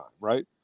right